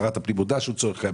שרת הפנים מודה שהוא צורך קיים,